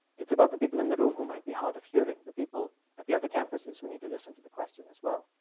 it's about the people in the room who might be hard of hearing. the people at the other campuses who need to listen to the question as well.